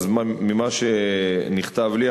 ממה שנכתב לי,